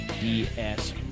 DS